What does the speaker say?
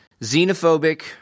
xenophobic